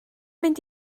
mynd